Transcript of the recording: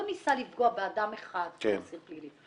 ניסה לפגוע באדם אחד כמו אסיר פלילי,